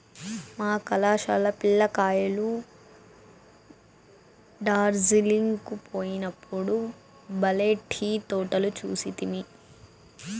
మా కళాశాల పిల్ల కాయలు డార్జిలింగ్ కు పోయినప్పుడు బల్లే టీ తోటలు చూస్తిమి